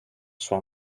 szła